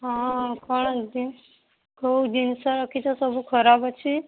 ହଁ କ'ଣ ଏମିତି କେଉଁ ଜିନିଷ ରଖିଛ ସବୁ ଖରାପ ଅଛି